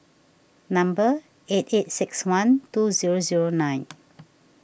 number eight eight six one two zero zero nine